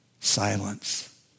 Silence